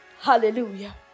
Hallelujah